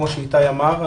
כמו שאיתי אמר,